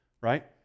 right